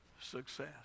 success